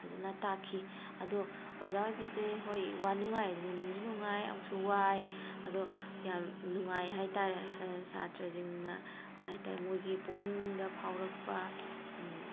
ꯐꯖꯅ ꯇꯥꯛꯈꯤ ꯑꯗꯣ ꯑꯣꯖꯥ ꯑꯣꯏꯕꯁꯦ ꯍꯣꯏ ꯋꯥꯅꯨꯡꯉꯥꯏ ꯑꯗꯨꯅꯤ ꯅꯨꯡꯁꯨ ꯅꯨꯡꯉꯥꯏ ꯑꯃꯨꯛꯁꯨ ꯋꯥꯏ ꯑꯗꯣ ꯌꯥꯝ ꯅꯨꯡꯉꯥꯏ ꯍꯥꯏꯇꯥꯔꯦ ꯁꯥꯇ꯭ꯔꯁꯤꯡꯅ ꯍꯥꯏꯇꯥꯔꯦ ꯃꯣꯏꯒꯤ ꯄꯨꯛꯅꯤꯡꯗ ꯐꯥꯎꯔꯛꯄ